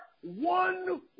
one